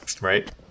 Right